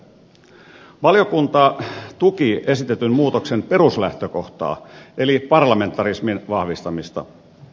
valiokunta tuki esitetyn muutoksen peruslähtökohtaa eli parlamentarismin vahvistamista